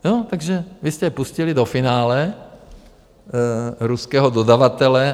Jo, takže vy jste pustili do finále ruského dodavatele.